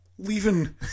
leaving